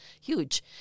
huge